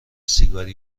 سیگارو